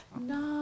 no